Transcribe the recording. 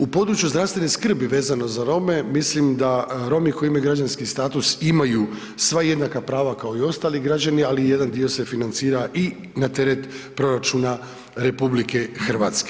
U području zdravstvene skrbi vezano za Rome, mislim da Romi koji imaju građanski status, imaju sva jednaka prava kao i ostali građani, ali jedan dio se financira i na teret proračuna RH.